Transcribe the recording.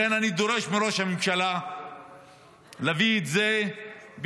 לכן אני דורש מראש הממשלה להביא את זה בישיבת